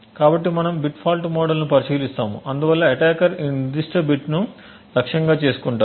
కాబట్టి మనము bit fault మోడల్ను పరిశీలిస్తాము అందువల్ల అటాకర్ ఈ నిర్దిష్ట బిట్ను లక్ష్యంగా చేసుకుంటాడు